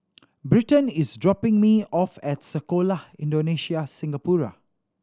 Britton is dropping me off at Sekolah Indonesia Singapura